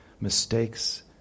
mistakes